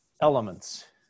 elements